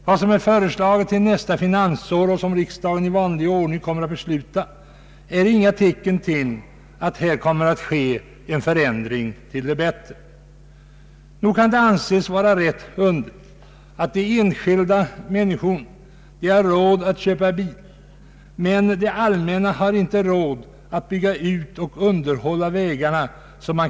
Vad som är föreslaget för nästa finansår och vad riksdagen i vanlig ordning kommer att besluta ger inga tecken på att här kommer att ske en förändring till det bättre. Nog får det anses vara rätt underligt att de enskilda människorna har råd att köpa bil men det allmänna inte har råd att bygga ut och underhålla vägarna.